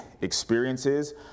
experiences